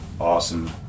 awesome